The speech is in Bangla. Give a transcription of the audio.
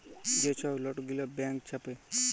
যে ছব লট গিলা ব্যাংক ছাপে